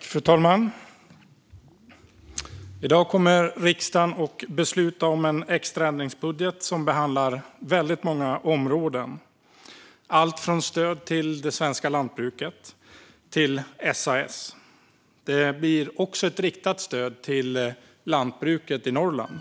Fru talman! I dag kommer riksdagen att besluta om en extra ändringsbudget som behandlar väldigt många områden, allt från stöd till det svenska lantbruket till SAS. Det blir också ett riktat stöd till lantbruket i Norrland